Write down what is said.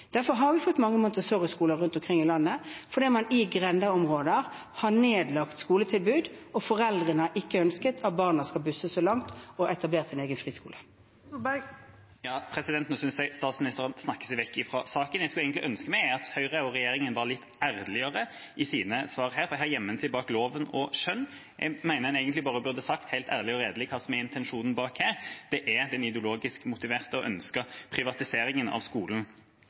Derfor har vi fått mange montessoriskoler rundt omkring i landet, fordi man i grendeområder har nedlagt skoletilbud, og foreldrene har ikke ønsket at barna skulle busses så langt, og etablert en egen friskole. Nå synes jeg statsministeren snakker seg vekk fra saken. Jeg skulle egentlig ønske meg at Høyre og regjeringa var litt ærligere i sine svar, for her gjemmer man seg bak loven og skjønn. Jeg mener man egentlig bare burde ha sagt – helt ærlig og redelig – hva som er intensjonen bak: Det er den ideologisk motiverte og ønskede privatiseringen av skolen